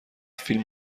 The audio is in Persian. فیلم